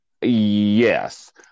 Yes